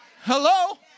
Hello